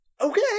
okay